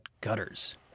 gutters